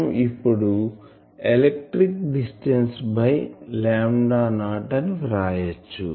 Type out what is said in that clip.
మనం ఇప్పడు electric distance by 0 అని వ్రాయచ్చు